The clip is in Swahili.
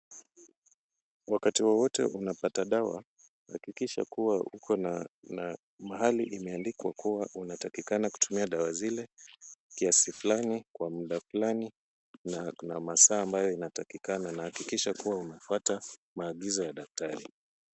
Wakati wowote unapata dawa hakikisha kuwa kuna mahali imeandikwa kuwa unatakikana kutumia dawa zile, kiasi fulani kwa muda fulani na kuna masaa ambayo inatakikana. Hakikisha kuwa unapata maagizo ya daktari.